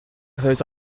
those